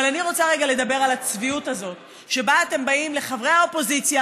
אבל אני רוצה רגע לדבר על הצביעות הזאת שבה אתם באים לחברי האופוזיציה,